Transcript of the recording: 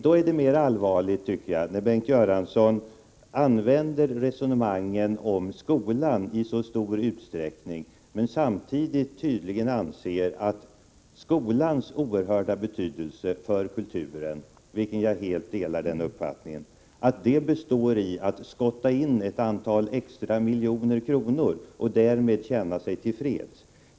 Då är det mer allvarligt, tycker jag, när Bengt Göransson resonerar om skolan i så stor utsträckning men samtidigt tydligen anser att skolans oerhört betydelsefulla roll för kulturen — och den uppfattningen delar jag helt — tillvaratas genom att man skottar in ett antal extra miljoner och därmed känner sig till freds.